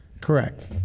correct